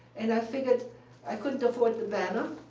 and i figured i couldn't afford the banner.